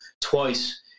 twice